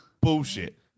bullshit